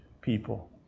people